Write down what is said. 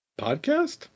Podcast